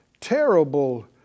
terrible